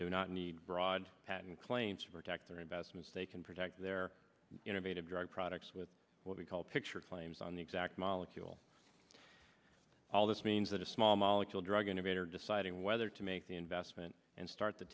do not need broad patent claims to protect their investments they can protect their innovative drug products with what we call picture claims on the exact molecule all this means that a small molecule drug innovator deciding whether to make the investment and start the